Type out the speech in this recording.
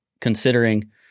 Considering